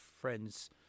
friends